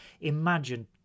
imagine